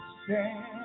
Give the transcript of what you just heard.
stand